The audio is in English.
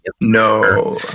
No